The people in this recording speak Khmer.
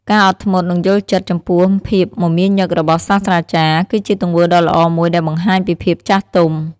ការអត់ធ្មត់ និងយល់ចិត្ត ចំពោះភាពមមាញឹករបស់សាស្រ្តាចារ្យ គឺជាទង្វើដ៏ល្អមួយដែលបង្ហាញពីភាពចាស់ទុំ។